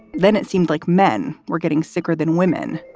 then it seemed like men were getting sicker than women